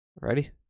Ready